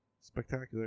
spectacular